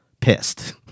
pissed